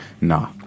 Nah